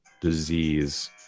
disease